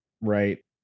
right